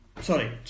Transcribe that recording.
sorry